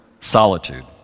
Solitude